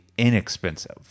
inexpensive